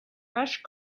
fresh